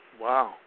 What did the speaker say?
Wow